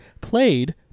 played